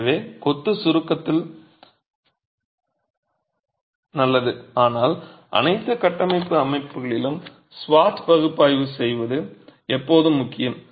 எனவே கொத்து சுருக்கத்தில் நல்லது ஆனால் அனைத்து கட்டமைப்பு அமைப்புகளிலும் SWOT பகுப்பாய்வு செய்வது எப்போதும் முக்கியம்